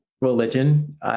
religion